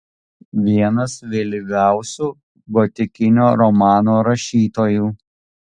vienas vėlyviausių gotikinio romano rašytojų